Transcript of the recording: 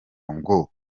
ngo